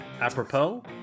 apropos